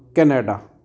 Canada